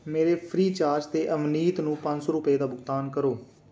ਮੇਰੇ Freecharge ਤੋਂ ਅਵਨੀਤ ਨੂੰ ਪੰਜ ਸੌ ਰੁਪਏ ਦਾ ਭੁਗਤਾਨ ਕਰੋ